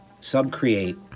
sub-create